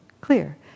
clear